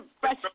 fresh